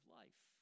life